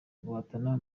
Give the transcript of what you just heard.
guhatana